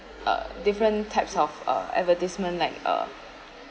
uh different types of uh advertisement like uh